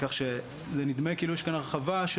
כך שזה נדמה שכאילו יש כאן הרחבה של